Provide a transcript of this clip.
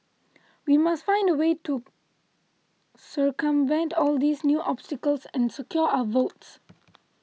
we must find a way to circumvent all these new obstacles and secure our votes